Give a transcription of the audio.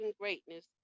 greatness